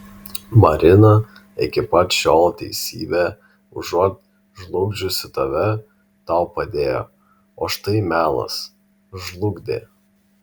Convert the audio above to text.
marina iki pat šiol teisybė užuot žlugdžiusi tave tau padėjo o štai melas žlugdė